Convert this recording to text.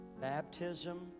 Baptism